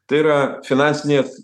tai yra finansinės